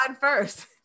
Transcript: first